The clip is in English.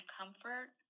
comfort